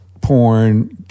porn